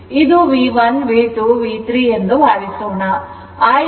ಮತ್ತು ಇದು V1 V2 V3 ಎಂದು ಭಾವಿಸೋಣ